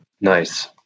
Nice